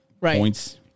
points